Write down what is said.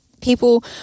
people